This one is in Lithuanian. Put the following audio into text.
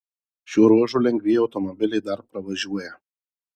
šiuo ruožu lengvieji automobiliai dar pravažiuoja